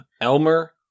Elmer